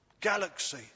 galaxy